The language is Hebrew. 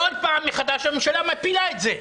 כל פעם מחדש הממשלה מפילה את זה.